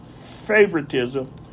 favoritism